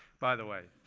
by the way,